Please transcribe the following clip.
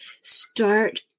start